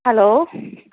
hello